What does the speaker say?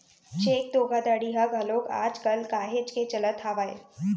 cheque धोखाघड़ी ह घलोक आज कल काहेच के चलत हावय